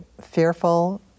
fearful